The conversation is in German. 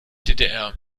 ddr